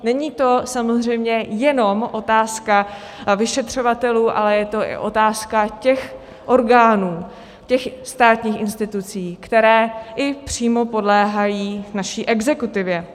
Není to samozřejmě jenom otázka vyšetřovatelů, ale je to i otázka těch orgánů, těch státních institucí, které i přímo podléhají naší exekutivě.